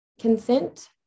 consent